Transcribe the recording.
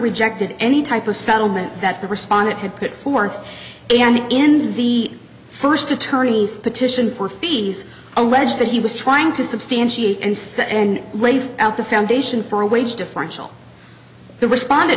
rejected any type of settlement that the respondent had put forth and in the first attorney's petition for fees allege that he was trying to substantiate and says that and laid out the foundation for a wage differential the responde